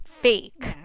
fake